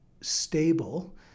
stable